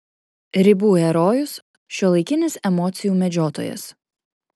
ribų herojus šiuolaikinis emocijų medžiotojas